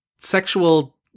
sexual